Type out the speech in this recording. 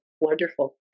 Wonderful